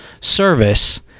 service